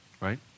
right